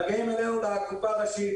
מגיעים אלינו לקופה הראשית,